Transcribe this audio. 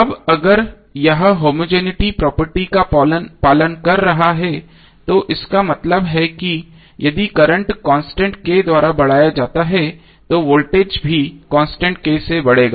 अब अगर यह होमोजेनििटी प्रॉपर्टी का पालन कर रहा है तो इसका मतलब है कि यदि करंट कांस्टेंट K द्वारा बढ़ाया जाता है तो वोल्टेज भी कांस्टेंट K से बढ़ेगा